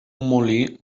molí